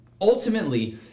Ultimately